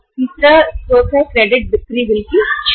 तीसरा स्रोत क्रेडिट बिक्री बिल की छूट है